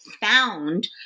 found